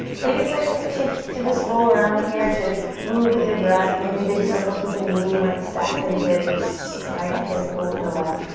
take a second to to just roll around here, to move with your breath, maybe big circles with the knee. you might stack the hips, right hip over the left.